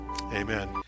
amen